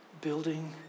building